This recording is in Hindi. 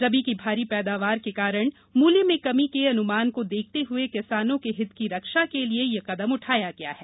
रबी की भारी पैदावार के कारण मूल्य में कमी के अनुमान को देखते हुए किसानों के हित की रक्षा के लिए यह कदम उठाया गया है